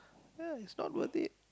ya it's not worth it